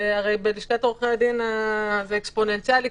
בלשכת עורכי הדין קצב הגידול הוא אקספוננציאלי,